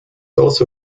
also